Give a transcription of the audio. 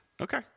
Okay